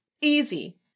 Easy